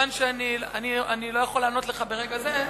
אני לא אוכל לענות לך ברגע זה.